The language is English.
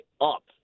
up